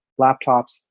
laptops